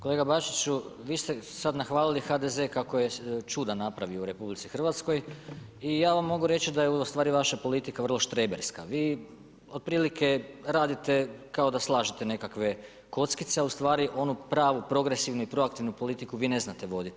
Kolega Bačiću, vi ste sada nahvalili HDZ kako je čuda napravio u RH i ja vam mogu reći da je ustvari vaša politika vrlo štreberska, vi otprilike radite, kao da slažete nekakve kockice a ustvari, onu pravu, progresivnu, proaktivnu politiku, vi ne znate voditi.